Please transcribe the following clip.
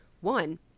one